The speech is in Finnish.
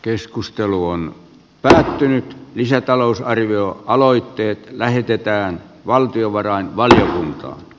keskustelu on päätynyt lisätalousarvioaloitteet lähetetään valtiovarainvaliokuntaan